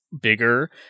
bigger